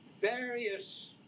various